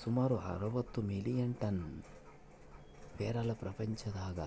ಸುಮಾರು ಅರವತ್ತು million tonne ಪೇರಲ ಪ್ರಪಂಚದಾಗ